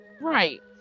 Right